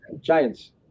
Giants